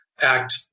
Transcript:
act